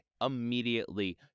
immediately